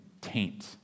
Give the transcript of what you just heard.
taint